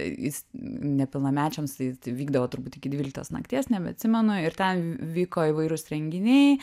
jis nepilnamečiams tai tai vykdavo turbūt iki dvyliktos nakties nebeatsimenu ir ten vyko įvairūs renginiai